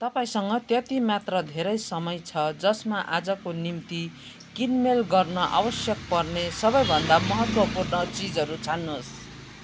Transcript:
तपाईँँसँग त्यति मात्र धेरै समय छ जसमा आजको निम्ति किनमेल गर्न आवश्यक पर्ने सबैभन्दा महत्त्वपूर्ण चिजहरू छान्नुहोस्